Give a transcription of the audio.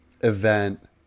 event